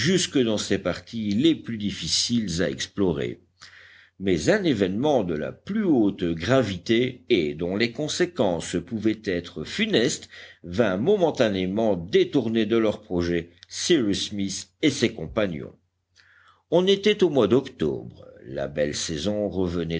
jusque dans ses parties les plus difficiles à explorer mais un événement de la plus haute gravité et dont les conséquences pouvaient être funestes vint momentanément détourner de leurs projets cyrus smith et ses compagnons on était au mois d'octobre la belle saison revenait